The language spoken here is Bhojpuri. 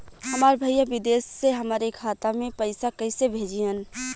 हमार भईया विदेश से हमारे खाता में पैसा कैसे भेजिह्न्न?